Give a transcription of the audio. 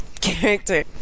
character